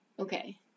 Okay